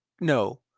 no